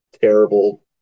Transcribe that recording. terrible